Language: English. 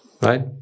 Right